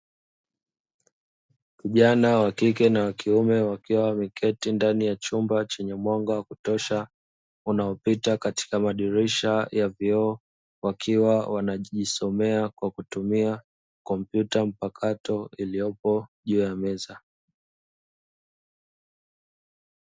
Kijana wakike na wakiume wakiwa wameketi ndani ya chumba chenye mwanga wa kutosha unaopita katika madirisha ya vioo wakiwa wanajisomea kwa kutumia kompyuta mpakato iliopo juu ya meza.